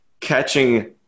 catching